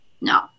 No